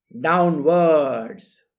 downwards